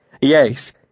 Yes